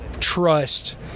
trust